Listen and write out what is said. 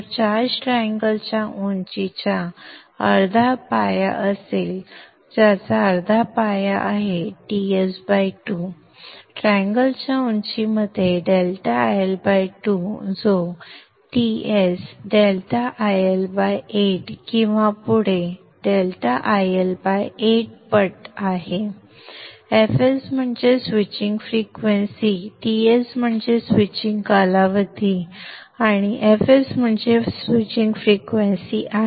तर charge triangle च्या उंचीच्या अर्धा पाया असेल ज्याचा अर्धा पाया आहे Ts2 ट्रँगल च्या उंचीमध्ये ∆IL2 जो Ts∆IL8 किंवा पुढे ∆IL8 पट आहे fs म्हणजे स्विचिंग फ्रिक्वेन्सी Ts हा स्विचिंग कालावधी आहे fs स्विचिंग फ्रिक्वेन्सी आहे